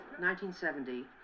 1970